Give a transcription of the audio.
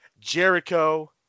Jericho